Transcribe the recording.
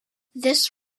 this